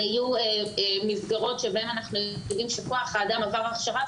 ויהיו מסגרות שבהן אנחנו יודעים שכוח האדם עבר הכשרה,